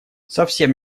совсем